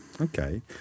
Okay